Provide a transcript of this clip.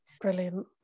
brilliant